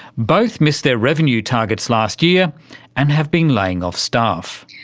both missed their revenue targets last year and have been laying off staff.